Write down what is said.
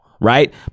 right